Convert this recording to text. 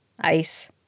Ice